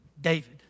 David